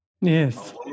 Yes